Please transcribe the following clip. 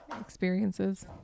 experiences